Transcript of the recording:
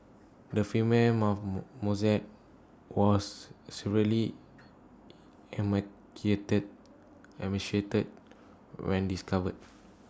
the female mosaic was severely emaciated when discovered